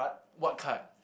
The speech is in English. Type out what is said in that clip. what card